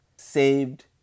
saved